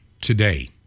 today